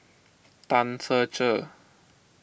Tan Ser Cher